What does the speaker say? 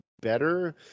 better